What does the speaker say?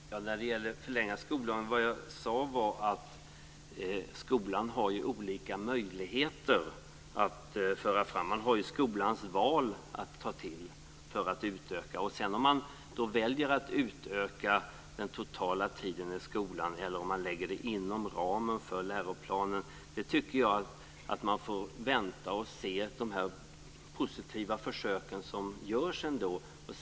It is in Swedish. Fru talman! När det gäller en förlängning av skoldagen sade jag att skolan har olika möjligheter. Man har ju skolans val att ta till vid en utökning. Man kan sedan välja att utöka den totala tiden eller lägga dessa lektioner inom ramen för läroplanen. Men jag tycker att man kan vänta och se utgången av de positiva försök som görs.